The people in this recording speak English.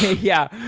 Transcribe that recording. yeah.